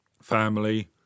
family